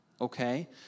Okay